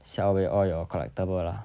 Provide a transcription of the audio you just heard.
sell away all your collectible lah